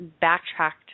backtracked